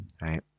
right